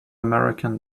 american